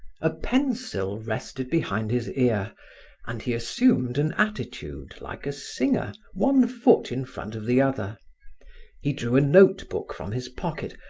a pencil rested behind his ear and he assumed an attitude like a singer, one foot in front of the other he drew a note book from his pocket,